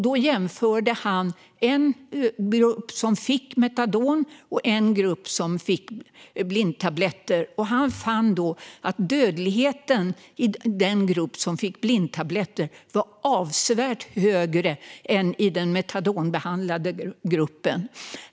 Då jämförde han en grupp som fick metadon med en grupp som fick blindtabletter. Han fann att dödligheten i den grupp som fick blindtabletter var avsevärt högre än i den metadonbehandlade gruppen.